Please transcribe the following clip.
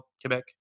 quebec